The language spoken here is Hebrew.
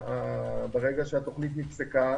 ברגע שהתוכנית נפסקה,